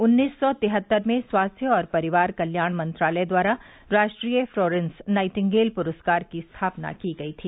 उन्नीस सौ तिहत्तर में स्वास्थ्य और परिवार कल्याण मंत्रालय द्वारा राष्ट्रीय फ्लोरेंस नाइटिंगेल पुरस्कार की स्थापना की गई थी